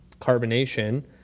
carbonation